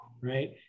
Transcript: right